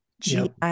GI